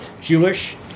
Jewish